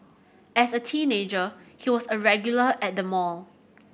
as a teenager he was a regular at the mall